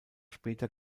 später